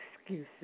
excuses